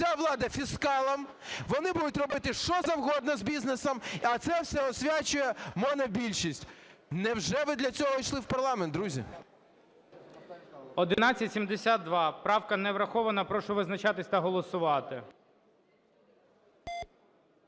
вся влада - фіскалам. Вони будуть робити, що завгодно з бізнесом, а це все освячує монобільшість. Невже ви для цього йшли в парламент, друзі? ГОЛОВУЮЧИЙ. 1172 правка не врахована. Прошу визначатись та голосувати.